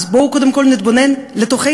אז בואו קודם כול נתבונן לתוכנו,